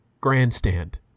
Grandstand